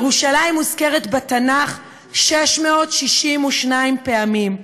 ירושלים מוזכרת בתנ"ך 662 פעמים.